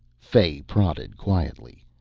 fay prodded quietly,